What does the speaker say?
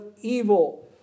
evil